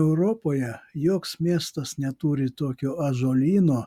europoje joks miestas neturi tokio ąžuolyno